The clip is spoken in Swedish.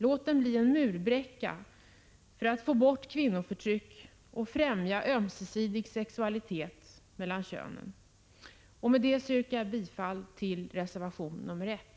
Låt den bli en murbräcka för att få bort kvinnoförtryck och främja ömsesidig sexualitet mellan könen! Med detta yrkar jag bifall till reservation nr 1.